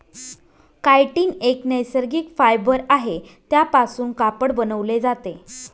chitin एक नैसर्गिक fibre आहे त्यापासून कापड बनवले जाते